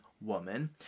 woman